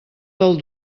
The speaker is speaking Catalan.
del